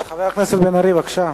חבר הכנסת בן-ארי, בבקשה,